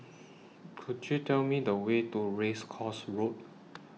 Could YOU Tell Me The Way to Race Course Road